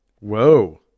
Whoa